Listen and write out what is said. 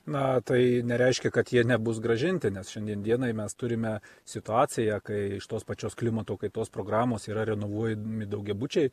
na tai nereiškia kad jie nebus grąžinti nes šiandien dienai mes turime situaciją kai iš tos pačios klimato kaitos programos yra renovuojami daugiabučiai